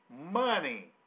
money